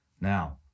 Now